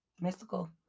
mystical